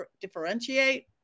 differentiate